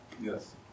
Yes